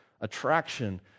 attraction